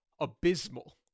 abysmal